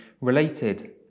related